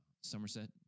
Somerset